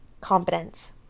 competence